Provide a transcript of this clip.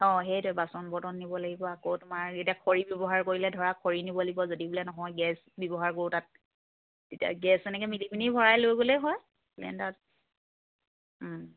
অঁ সেইটোৱে বাচন বৰ্তন নিব লাগিব আকৌ তোমাৰ এতিয়া খৰি ব্যৱহাৰ কৰিলে ধৰা খৰি নিব লাগিব যদি বোলে নহয় গেছ ব্যৱহাৰ কৰোঁ তাত তেতিয়া গেছ এনেকৈ মিলি পিনি ভৰাই লৈ গ'লেই হয় চিলিণ্ডাৰত